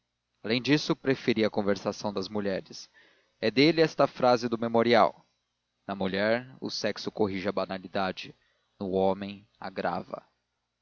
além disso preferia a conversação das mulheres é dele esta frase do memorial na mulher o sexo corrige a banalidade no homem agrava